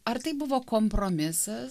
ar tai buvo kompromisas